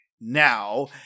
now